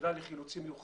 יחידה לחילוצים מיוחדים,